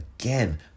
again